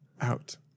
Out